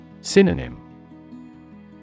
Synonym